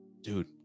Dude